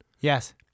Yes